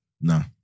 Nah